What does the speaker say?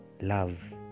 Love